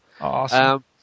Awesome